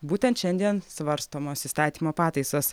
būtent šiandien svarstomos įstatymo pataisos